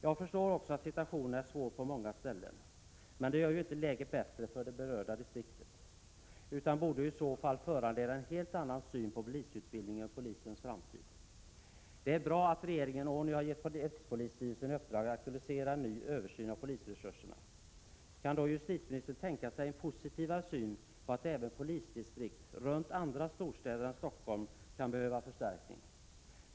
Jag förstår också att situationen är svår på många ställen, men det gör inte läget bättre för det berörda distriktet. — Det borde ju föranleda en helt annan syn på polisutbildningen och polisens framtid. Det är bra att regeringen ånyo har gett rikspolisstyrelsen i uppdrag att aktualisera en ny översyn av polisresurserna. Kan då justitieministern tänka sig en positivare syn när det gäller att även polisdistrikt runt andra storstäder än Stockholm kan behöva förstärkning?